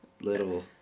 Little